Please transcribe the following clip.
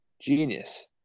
genius